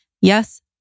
Yes